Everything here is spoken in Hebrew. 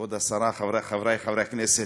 כבוד השרה, חברי חברי הכנסת,